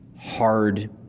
hard